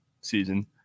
season